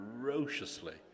ferociously